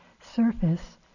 surface